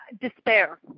Despair